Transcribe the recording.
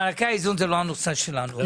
מענקי האיזון זה לא הנושא שלנו.